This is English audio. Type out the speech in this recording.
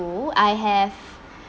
~ool I have